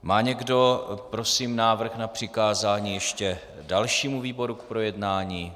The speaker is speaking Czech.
Má někdo prosím návrh na přikázání ještě dalšímu výboru k projednání?